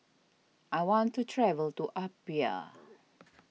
I want to travel to Apia